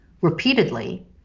repeatedly